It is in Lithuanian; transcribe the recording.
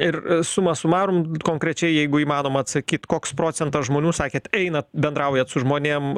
ir suma sumarum konkrečiai jeigu įmanoma atsakyt koks procentas žmonių sakėt einat bendraujat su žmonėm